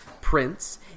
Prince